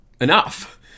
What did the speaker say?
enough